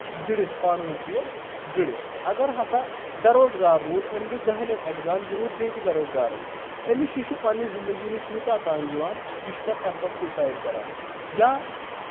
جُڑِتھ پانہٕ ؤنۍ چھِ یِم جُڑِتھ اگر ہسا بے روزگار روٗد أمۍ دیُت دۄہہِ لٹہِ اؠگزام یہِ روٗد بیٚیہِ تہِ بے روزگارٕے أمِس یہِ چھُ پننہِ زندگی نِش یوٗتاہ تنگ یِوان یہِ چھُ پَتہٕ اَمہِ پَتہٕ سوٗسایڈ کران یا